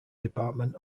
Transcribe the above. department